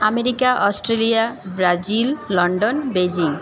America Australia Brazil London Beijing